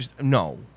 No